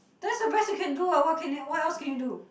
that's the best you can do ah what can what else can you do